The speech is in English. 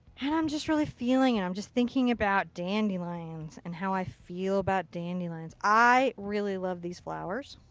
and i'm just really feeling and i'm just thinking about dandelions and how i feel about dandelions. i really love these flowers.